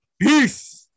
Peace